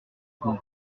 plomb